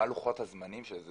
מה לוחות הזמנים של זה?